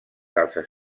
dels